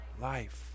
life